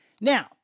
Now